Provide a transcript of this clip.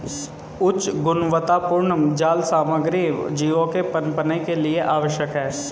उच्च गुणवत्तापूर्ण जाल सामग्री जीवों के पनपने के लिए आवश्यक है